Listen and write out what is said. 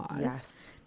Yes